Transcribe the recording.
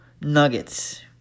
nuggets